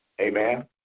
Amen